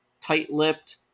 tight-lipped